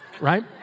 right